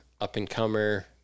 up-and-comer